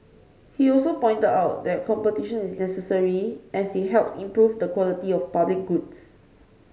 he also pointed out that competition is necessary as it helps improve the quality of public goods